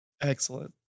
Excellent